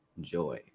joy